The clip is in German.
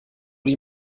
die